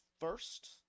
first